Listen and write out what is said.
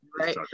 right